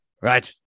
Right